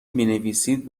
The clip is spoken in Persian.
مینویسید